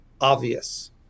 obvious